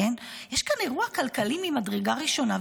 יש כאן אירוע כלכלי מהמדרגה הראשונה.